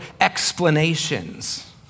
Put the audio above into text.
explanations